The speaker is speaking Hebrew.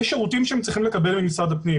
שירותים שהם צריכים לקבל ממשרד הפנים,